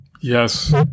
yes